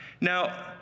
Now